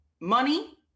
money